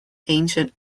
ancient